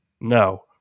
No